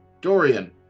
Dorian